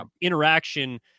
interaction